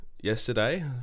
yesterday